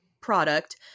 product